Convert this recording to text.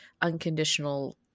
unconditional